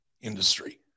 industry